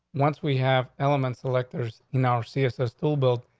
once we have elements electors in our css still build.